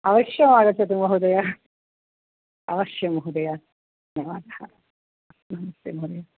अवश्यम् आगच्छतु महोदय अवश्यं महोदय धन्यवादः नमस्ते महोदय